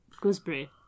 Gooseberry